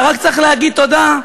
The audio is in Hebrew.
אתה רק צריך להגיד תודה,